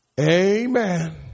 Amen